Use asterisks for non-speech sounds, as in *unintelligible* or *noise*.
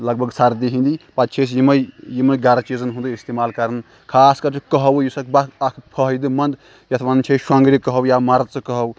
لَگ بَگ سردی ہِنٛدی پَتہٕ چھِ أسۍ یِمَے یِمَے گَرٕ چیٖزَن ہُنٛدُے اِستعمال کَران خاص کَر یہِ کَہوٕ یُس اَتھ *unintelligible* اَکھ فٲیدٕ منٛد یَتھ وَنان چھِ أسۍ شۄنٛگرِ کَہوٕ یا مَرژٕ کَہوٕ